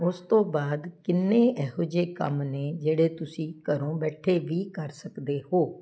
ਉਸ ਤੋਂ ਬਾਅਦ ਕਿੰਨੇ ਇਹੋ ਜਿਹੇ ਕੰਮ ਨੇ ਜਿਹੜੇ ਤੁਸੀਂ ਘਰੋਂ ਬੈਠੇ ਵੀ ਕਰ ਸਕਦੇ ਹੋ